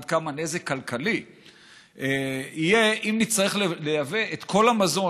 עד כמה נזק כלכלי יהיה אם נצטרך לייבא את כל המזון